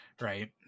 Right